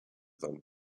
them